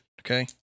Okay